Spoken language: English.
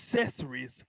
accessories